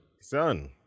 Son